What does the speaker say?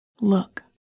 Look